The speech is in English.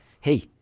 hey